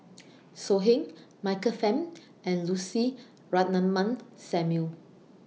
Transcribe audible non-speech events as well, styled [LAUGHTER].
[NOISE] So Heng Michael Fam and Lucy Ratnammah Samuel